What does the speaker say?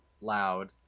loud